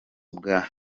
bwa